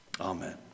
Amen